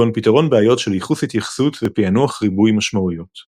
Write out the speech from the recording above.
כגון פתרון בעיות של ייחוס התייחסות ופענוח ריבוי משמעויות .